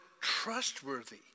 trustworthy